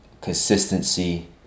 consistency